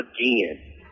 again